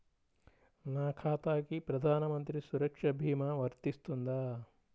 నా ఖాతాకి ప్రధాన మంత్రి సురక్ష భీమా వర్తిస్తుందా?